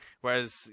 Whereas